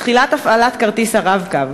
מתחילת הפעלת כרטיס ה"רב-קו",